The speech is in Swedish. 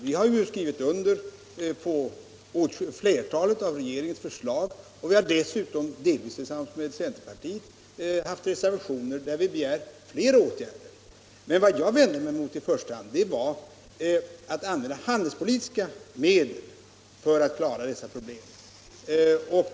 Vi har skrivit under på flertalet av regeringens förslag och har dessutom, delvis tillsammans med centerpartiet, lagt fram reservationer, där vi begär fler åtgärder. Vad jag i första hand vände mig mot var metoden att använda handelspolitiska medel för att lösa dessa problem.